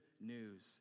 news